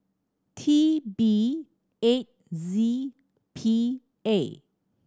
T B eight Z P A